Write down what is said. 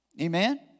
Amen